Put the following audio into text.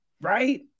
right